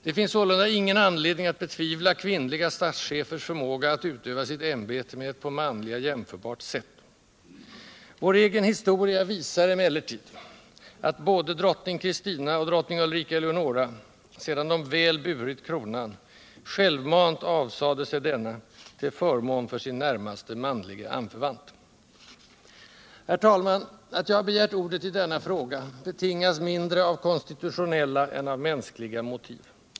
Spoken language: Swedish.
Det finns sålunda ingen anledning att betvivla kvinnliga statschefers förmåga att utöva sitt ämbete på ett med manliga jämförbart sätt. Vår egen historia visar emellertid att både drottning Kristina och drottning Ulrika Eleonora, sedan de väl burit kronan, självmant avsade sig denna till förmån för sin närmaste manlige anförvant. Herr talman! Att jag begärt ordet i denna fråga betingas mindre av konstitutionella än av mänskliga motiv.